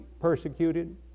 persecuted